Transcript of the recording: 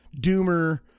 doomer-